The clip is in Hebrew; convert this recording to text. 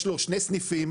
יש לו שני סניפים,